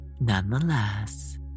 Nonetheless